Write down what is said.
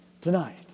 tonight